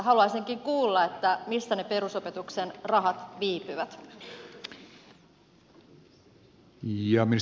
haluaisinkin kuulla missä ne perusopetuksen rahat viipyvät